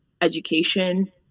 education